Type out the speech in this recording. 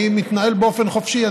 אני מתנהל באופן חופשי.